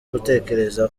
gutekereza